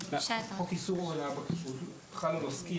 חוק איסור הונאה בכשרות חל על עוסקים,